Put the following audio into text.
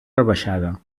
rebaixada